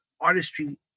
artistry